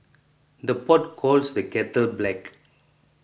the pot calls the kettle black